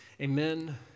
amen